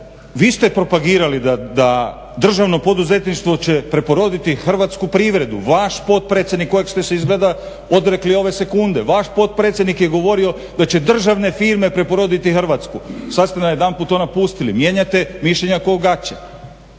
vi ste propagirali da državno poduzetništvo će preporoditi hrvatsku privredu. Vaš potpredsjednik kojeg ste se izgleda odrekli ove sekunde, vaš potpredsjednik je govorio da će državne firme preporoditi Hrvatsku, sad ste najedanput to napustili. Mijenjate mišljenja k'o gaće.